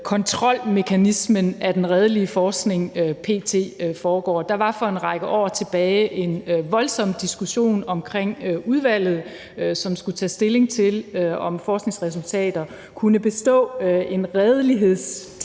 kontrolmekanismen af den redelige forskning p.t. foregår. Der var for en række år tilbage en voldsom diskussion omkring udvalget, som skulle tage stilling til, om forskningsresultater kunne bestå en redelighedstest,